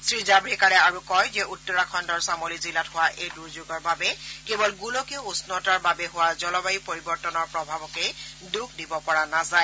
শ্ৰীজাভড়েকাৰে আৰু কয় যে উত্তৰাখণ্ডৰ চামোলি জিলাত হোৱা এই দুৰ্যোগৰ বাবে কেৱল গোলকীয় উষ্ণতাৰ বাবে হোৱা জলবায়ু পৰিৱৰ্তনৰ প্ৰভাৱকেই দোষ দিব পৰা নাযায়